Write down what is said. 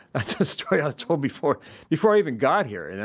that's a story i told before before i even got here. and